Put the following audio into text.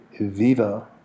viva